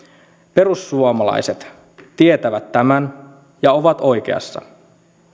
perussuomalaiset tietävät tämän ja ovat oikeassa